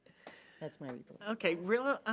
that's my report. okay, real,